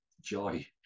joy